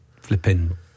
flipping